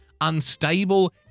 unstable